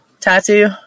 tattoo